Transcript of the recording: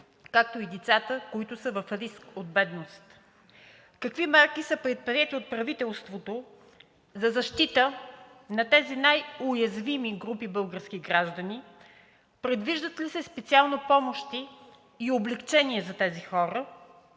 както и децата, които са в риск от бедност. Какви мерки са предприети от правителството за защита на тези най-уязвими групи български граждани? Предвиждат ли се специални помощи и облекчения за тези хора?